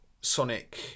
Sonic